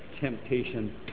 temptation